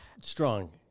strong